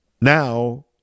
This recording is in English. now